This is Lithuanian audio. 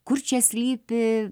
kur čia slypi